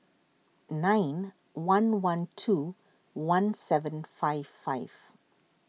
nine one one two one seven five five